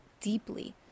deeply